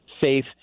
safe